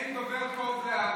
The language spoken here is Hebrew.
אין דובר טוב בעמו.